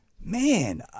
man